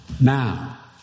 now